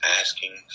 asking